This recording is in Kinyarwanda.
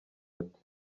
ati